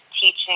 teaching